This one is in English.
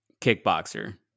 Kickboxer